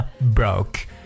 broke